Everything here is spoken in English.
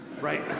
right